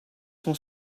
son